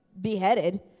beheaded